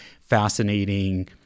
fascinating